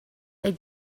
they